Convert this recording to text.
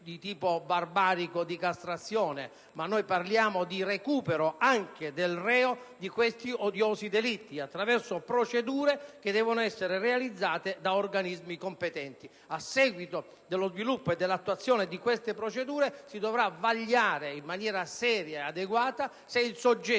di metodi barbarici o di castrazione, ma di recupero anche del reo di questi odiosi delitti attraverso procedure che devono essere realizzate da organismi competenti. A seguito dello sviluppo e dell'attuazione di queste procedure, si dovrà vagliare in maniera seria e adeguata se il soggetto